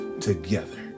together